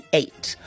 eight